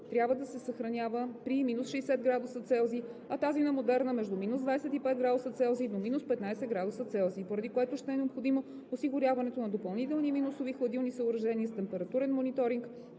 трябва да се съхранява при минус 60° C, а тази на Moderna между минус 25° С до минус 15° C, поради което ще e необходимо осигуряването на допълнителни минусови хладилни съоръжения с температурен мониторинг